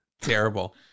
Terrible